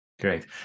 great